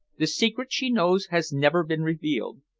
the secret she knows has never been revealed.